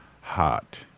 hot